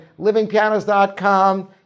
livingpianos.com